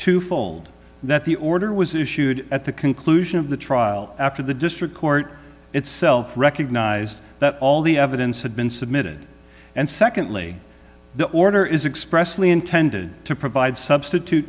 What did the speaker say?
twofold that the order was issued at the conclusion of the trial after the district court itself recognized that all the evidence had been submitted and secondly the order is expressly intended to provide substitute